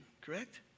correct